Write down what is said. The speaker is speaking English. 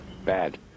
bad